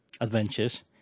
adventures